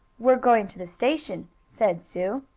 we're going to the station, said sue.